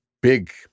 big